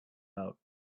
out